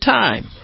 time